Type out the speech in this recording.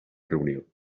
reunión